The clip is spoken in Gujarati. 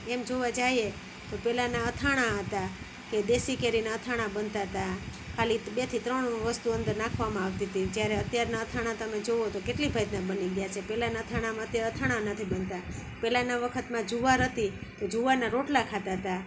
એમ જોવા જઈએ તો પહેલાંના અથાણાં હતા કે દેશી કેરીનાં અથાણાં બનતાં હતાં ખાલી બે થી ત્રણ વસ્તુ અંદર નાખવામાં આવતી હતી જ્યારે અત્યારનાં અથાણાં તમે જુઓ તો કેટલી ભાતનાં બની ગયાં છે પહેલાંનાં અથાણાંમાં તેવાં અથાણાં નથી બનતા પહેલાંના વખતમાં જુવાર હતી તો જુવારના રોટલા ખાતા હતા